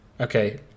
Okay